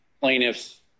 plaintiffs